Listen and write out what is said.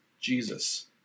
Jesus